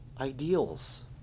ideals